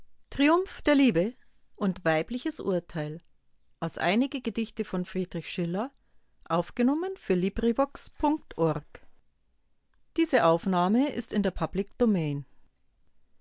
of einige gedichte